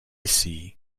see